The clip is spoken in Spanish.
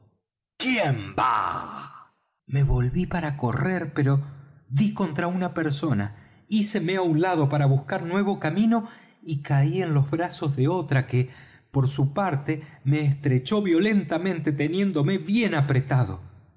quién va me volví para correr pero dí contra una persona híceme á un lado para buscar nuevo camino y caí en los brazos de otra que por su parte me estrechó violentamente teniéndome bien apretado